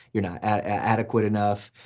you're not adequate enough,